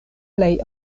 plej